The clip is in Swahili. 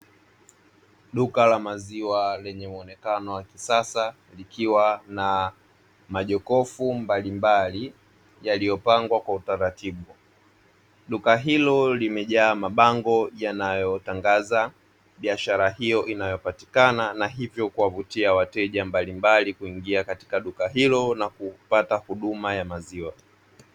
Duka la maziwa lenye muonekano wa kisasa likiwa na majokofu mbalimbali yaliyopangwa kwa utaratibu, duka hilo limejaa mabango yanayotangaza biashara hiyo inayopatikana, na hivyo kuwavutia wateja mbalimbali kuingia katika duka hilo na kupata huduma ya maziwa.